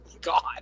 God